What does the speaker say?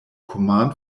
command